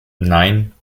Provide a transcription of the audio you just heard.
nein